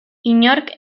inork